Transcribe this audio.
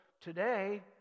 today